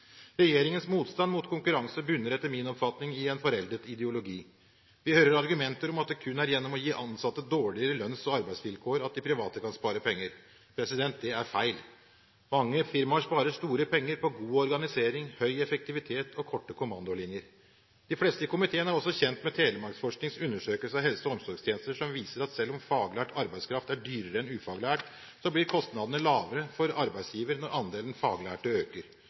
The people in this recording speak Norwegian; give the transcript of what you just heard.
Regjeringens motstand mot konkurranse bunner, etter min oppfatning, i en foreldet ideologi. Vi hører argumenter om at det kun er gjennom å gi ansatte dårligere lønns- og arbeidsvilkår at de private kan spare penger. Det er feil. Mange firmaer sparer store penger på god organisering, høy effektivitet og korte kommandolinjer. De fleste i komiteen er også kjent med Telemarksforsknings undersøkelse av helse- og omsorgstjenester, som viser at selv om faglært arbeidskraft er dyrere enn ufaglært, blir kostnadene lavere for arbeidsgiver når andelen faglærte øker.